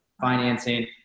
financing